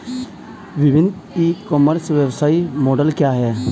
विभिन्न e commerce व्यवसाय model क्या हैं?